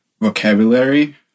vocabulary